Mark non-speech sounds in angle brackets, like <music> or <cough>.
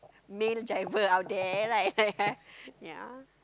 male driver out there right <laughs> ya